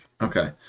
Okay